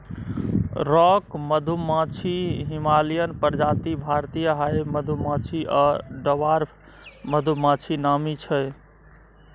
rock मधुमाछी, Himalayan प्रजाति, भारतीय हाइब मधुमाछी आ डवार्फ मधुमाछी नामी छै